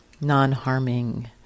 non-harming